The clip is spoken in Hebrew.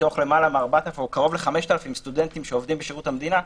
מתוך קרוב ל-5,000 סטודנטים שעובדים בשירות המדינה.